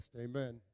Amen